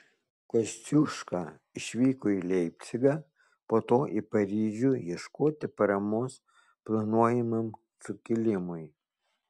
kosciuška išvyko į leipcigą po to į paryžių ieškoti paramos planuojamam sukilimui